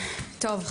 תודה.